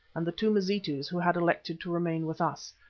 and the two mazitus who had elected to remain with us,